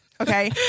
Okay